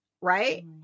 Right